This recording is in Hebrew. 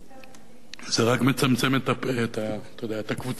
זה רק מצמצם, אתה יודע, את הקבוצה המיוחסת, אדוני.